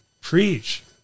preach